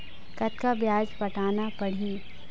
कतका ब्याज पटाना पड़ही?